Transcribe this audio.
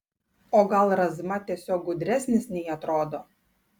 o gal razma tiesiog gudresnis nei atrodo